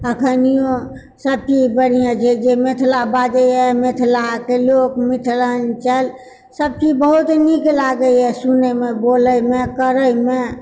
अखेनिऔ सभ केओ बढ़िआँ जे जे मिथिला बाजयए मिथिलाक लोक मिथलाञ्चल सभ चीज बहुत नीक लागयए सुनयमे बोलयमे करयमे